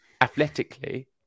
athletically